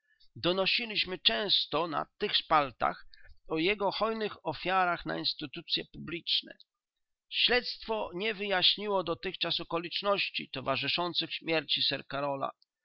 zgonu donosiliśmy często na tych szpaltach o jego hojnych ofiarach na instytucye publiczne śledztwo nie wyjaśniło dotychczas okoliczności towarzyszących śmierci sir karola